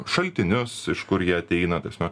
šaltinius iš kur jie ateina tasme